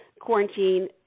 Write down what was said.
quarantine